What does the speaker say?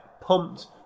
Pumped